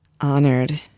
honored